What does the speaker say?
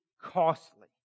costly